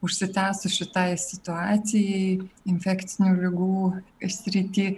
užsitęsus šitai situacijai infekcinių ligų srity